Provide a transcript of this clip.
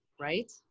right